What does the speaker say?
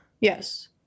Yes